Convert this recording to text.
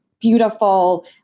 beautiful